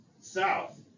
south